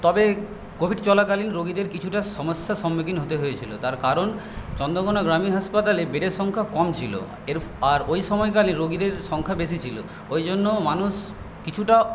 তবে কোভিড চলাকালীন রোগীদের কিছুটা সমস্যার সম্মুখীন হতে হয়েছিলো তার কারণ চন্দ্রকোণা গ্রামীণ হাসপাতালে বেডের সংখ্যা কম ছিলো এর আর ওই সময়কালে রোগীদের সংখ্যা বেশি ছিলো ওইজন্য মানুষ কিছুটা